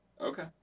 Okay